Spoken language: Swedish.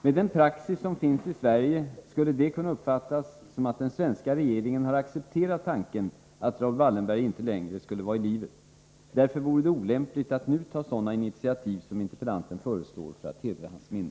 Med den praxis som finns i Sverige skulle detta kunna uppfattas som att den svenska regeringen accepterat tanken att Raoul Wallenberg inte längre skulle vara i livet. Därför vore det olämpligt att nu ta sådana initiativ som interpellanten föreslår för att hedra hans minne.